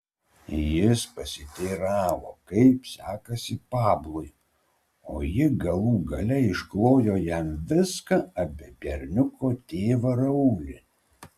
jis pasiteiravo kaip sekasi pablui o ji galų gale išklojo jam viską apie berniuko tėvą raulį